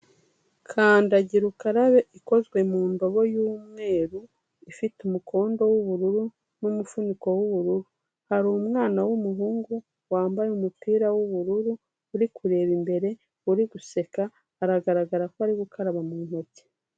Kandagira ukarabe ikozwe mu ndobo y'umweru ifite umukondo w'ubururu n'umufuniko w'ubururu, hari umwana w'umuhungu, wambaye umupira w'ubururu, uri kureba imbere, uri guseka, aragaragara ko ari gukaraba mu ntoki.